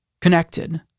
connected